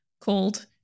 called